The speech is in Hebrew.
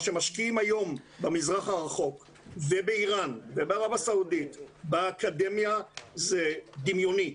מה שמשקיעים היום במזרח הרחוק ובאירן ובערב הסעודית באקדמיה זה דמיוני,